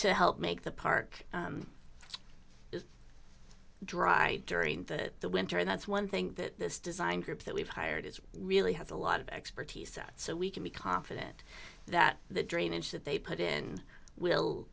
to help make the park is dry during the winter and that's one thing that this design group that we've hired is really has a lot of expertise so we can be confident that the drainage that they put in will